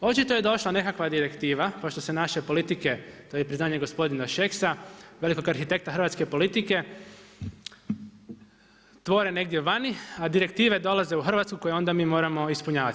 Očito je došla nekakva direktiva pošto se naše politike, to je i priznanje gospodina Šeksa velikog arhitekta hrvatske politike, tvore negdje vani, a direktive dolaze u Hrvatsku koje onda mi moramo ispunjavati.